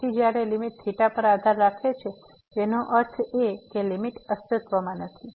તેથી જ્યારે લીમીટ પર આધાર રાખે છે તેનો અર્થ એ કે લીમીટ અસ્તિત્વમાં નથી